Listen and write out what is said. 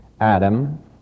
Adam